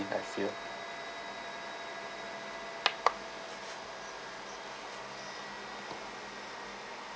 I feel